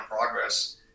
Progress